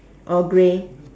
all grey